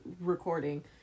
recording